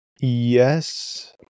Yes